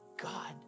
God